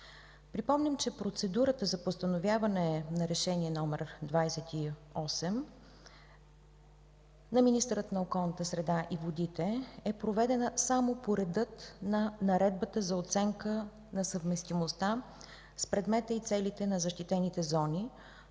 Припомням, че процедурата за постановяване на Решение № 28 на министъра на околната среда и водите е проведена само по реда на Наредбата за оценка на съвместимостта с предмета и целите на защитените зони,